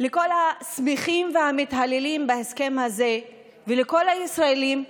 לכל השמחים והמתהוללים בהסכם הזה ולכל הישראלים: